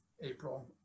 April